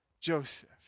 Joseph